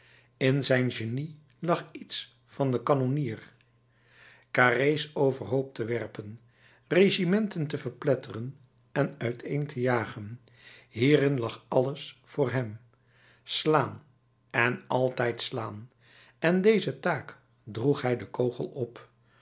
in zijn genie lag iets van den kanonnier carré's overhoop te werpen regimenten te verpletteren en uiteen te jagen hierin lag alles voor hem slaan en altijd slaan en deze taak droeg hij den kogel op